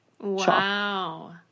Wow